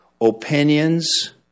opinions